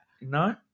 No